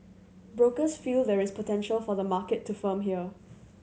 brokers feel there is potential for the market to firm here